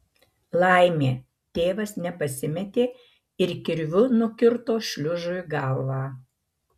laimė tėvas nepasimetė ir kirviu nukirto šliužui galvą